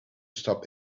stop